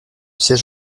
siège